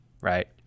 Right